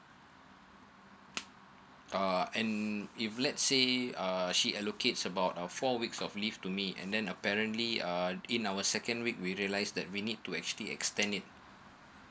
uh and if lets say err she allocate about of four weeks of leave to me and then apparently uh in our second week we realized that we need to actually extend it